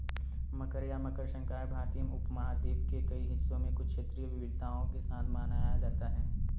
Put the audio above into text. मकर या मकर संक्रांति भारतीय उपमहाद्वीप के कई हिस्सों में कुछ क्षेत्रीय विविधताओं के साथ मनाया जाता है